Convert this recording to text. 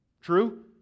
True